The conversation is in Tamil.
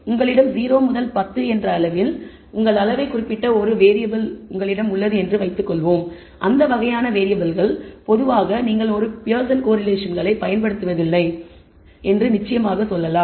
எனவே உங்களிடம் 0 முதல் 10 என்ற அளவில் உங்கள் அளவைக் குறிப்பிட்டுள்ள ஒரு வேறியபிள் உங்களிடம் உள்ளது என்று வைத்துக்கொள்வோம் அந்த வகையான வேறியபிள்கள் பொதுவாக நீங்கள் ஒரு பியர்சன் கோரிலேஷன்களைப் பயன்படுத்துவதில்லை என்று நிச்சயமாக சொல்லலாம்